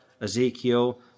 Ezekiel